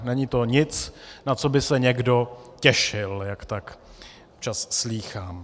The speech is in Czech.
Není to nic, na co by se někdo těšil, jak tak občas slýchám.